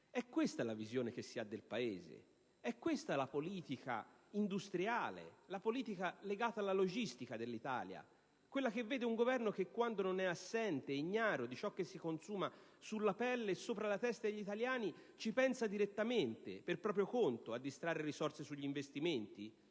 è questa la visione che si ha del Paese? È questa la politica industriale, la politica legata alla logistica dell'Italia? Quella che vede un Governo che, quando non è assente ed ignaro di ciò che si consuma sulla pelle e sopra la testa degli italiani, ci pensa direttamente e per proprio conto a distrarre risorse sugli investimenti